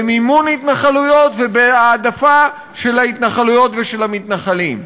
במימון התנחלויות ובהעדפת ההתנחלויות והמתנחלים?